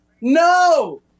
No